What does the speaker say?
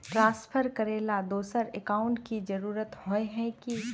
Transfer करेला दोसर account की जरुरत होय है की?